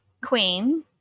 queen